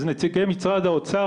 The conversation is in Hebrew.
אז נציגי משרד האוצר,